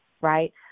right